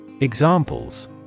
Examples